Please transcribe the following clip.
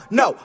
no